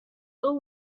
ill